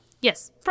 Yes